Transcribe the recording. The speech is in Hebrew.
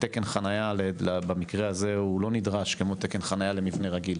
התקן חנייה במקרה הזה הוא לא נדרש כמו תקן חנייה למבנה רגיל.